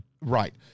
Right